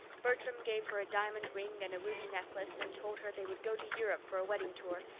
bertram gave her a diamond ring and a ruby necklace and told her they would go to europe for a wedding tour,